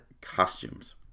costumes